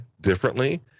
differently